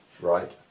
right